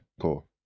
Cool